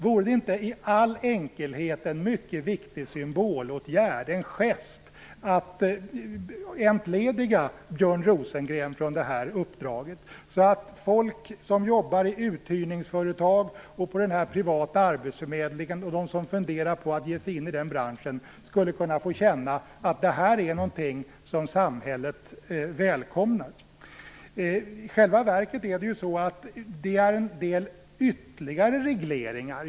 Vore det inte i all enkelhet en mycket viktig symbolåtgärd, en gest, att entlediga Björn Rosengren från detta uppdrag så att människor som jobbar i uthyrningsföretag, på den privata arbetsförmedlingen och de som funderar att ge sig in i den branschen skulle kunna få känna att detta är någonting som samhället välkomnar? I själva verket skall det ske ytterligare regleringar.